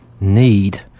need